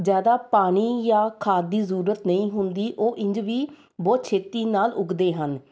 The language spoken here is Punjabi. ਜ਼ਿਆਦਾ ਪਾਣੀ ਜਾਂ ਖਾਦ ਜ਼ਰੂਰਤ ਨਹੀਂ ਹੁੰਦੀ ਉਹ ਇੰਝ ਵੀ ਬਹੁਤ ਛੇਤੀ ਨਾਲ ਉੱਗਦੇ ਹਨ